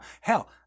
Hell